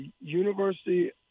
University